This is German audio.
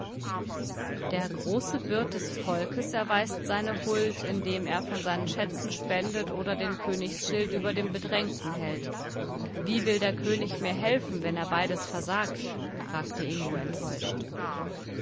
der große wirt des volkes erweist seine huld indem er von seinen schätzen spendet oder den königsschild über dem bedrängten hält wie will der könig mir helfen wenn er beides versagt fragte ingo enttäuscht